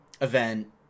event